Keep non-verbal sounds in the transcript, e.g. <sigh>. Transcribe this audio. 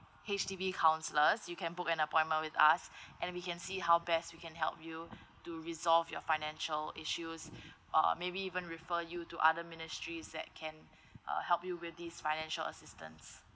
H_D_B counsellors you can book an appointment with us <breath> and we can see how best we can help you to resolve your financial issues <breath> uh maybe even refer you to other ministries that can uh help you with these financial assistance